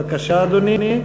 בבקשה, אדוני.